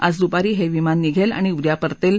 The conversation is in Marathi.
आज दुपारी हे विमान निघेल आणि उद्या परतेल